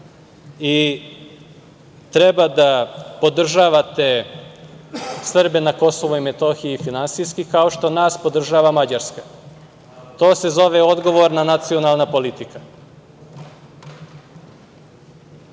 i treba da podržavate Srbije na Kosovu i Metohiji finansijski, kao što nas podržava Mađarska. To se zove odgovorna nacionalna politika. Rekli